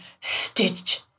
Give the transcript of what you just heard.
stitch